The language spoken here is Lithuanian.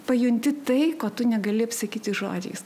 pajunti tai ko tu negali apsakyti žodžiais